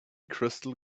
crystal